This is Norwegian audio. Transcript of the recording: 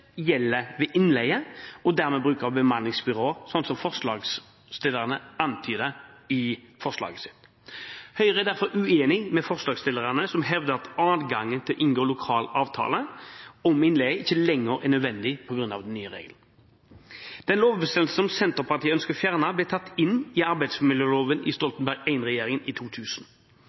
gjelder ved innleie og dermed bruk av bemanningsbyråer, slik forslagsstillerne antyder i forslaget sitt. Høyre er derfor uenig med forslagsstillerne, som hevder at adgangen til å inngå lokal avtale om innleie ikke lenger er nødvendig på grunn av den nye regelen. Den lovbestemmelsen som Senterpartiet ønsker å fjerne, ble tatt inn i arbeidsmiljøloven under Stoltenberg I-regjeringen i 2000.